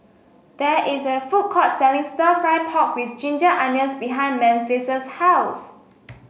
there is a food courts selling stir fry pork with Ginger Onions behind Memphis' house